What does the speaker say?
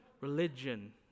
Religion